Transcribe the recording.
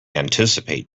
anticipate